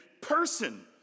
person